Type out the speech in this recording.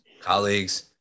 colleagues